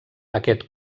aquest